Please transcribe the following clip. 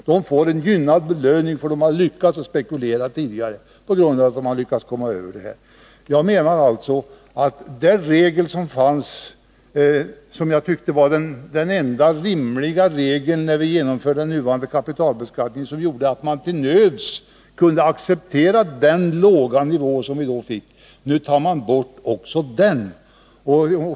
De får en belöning för att de har lyckats spekulera tidigare. Den regel som jag tyckte var den enda rimliga regeln när vi genomförde den nuvarande kapitalbeskattningen och som gjorde att jag till nöds kunde acceptera den låga nivå som vi då fick, också den tar man nu bort.